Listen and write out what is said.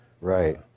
Right